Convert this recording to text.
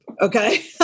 okay